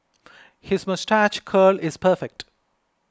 his moustache curl is perfect